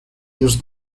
use